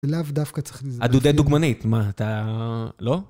לאו דווקא צריך לזה... אז הוא די דוגמנית, מה, אתה... לא?